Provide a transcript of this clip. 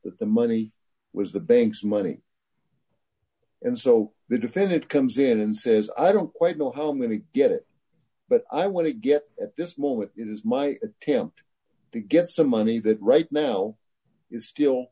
that the money was the bank's money and so the defendant comes in and says i don't quite know how i'm going to get it but i want to get at this moment it is my attempt to get some money that right now is still